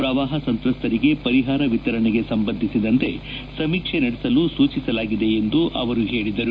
ಪ್ರವಾಹ ಸಂತ್ರಸ್ತರಿಗೆ ಪರಿಹಾರ ವಿತರಣೆಗೆ ಸಂಬಂಧಿಸಿದಂತೆ ಸಮೀಕ್ಷೆ ನಡೆಸಲು ಸೂಚಿಸಲಾಗಿದೆ ಎಂದು ಅವರು ತಿಳಿಸಿದರು